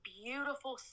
beautiful